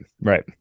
right